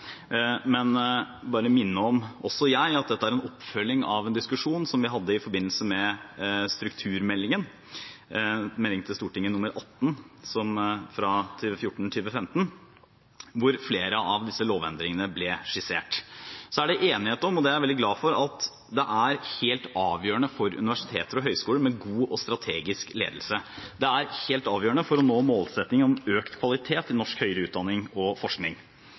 men bare minne om, også jeg, at dette er en oppfølging av en diskusjon som vi hadde i forbindelse med strukturmeldingen, Meld. St. 18 for 2014–2015, hvor flere av disse lovendringene ble skissert. Det er enighet om – og det er jeg veldig glad for – at det er helt avgjørende for universiteter og høyskoler med god og strategisk ledelse. Det er helt avgjørende for å nå målsettingen om økt kvalitet i norsk høyere utdanning og forskning.